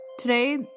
Today